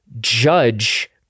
judge